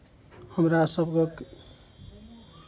हमरा सभक